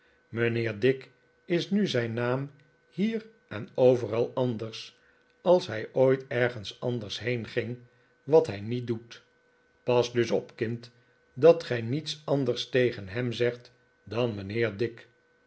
mijnheer dick is nu zijn naam hier en overal anders als hij ooit ergens anders hedging wat hij niet doet pas dus op kind dat gij niets anders tegen hem zegt dan mijnheer dick